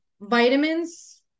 vitamins